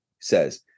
says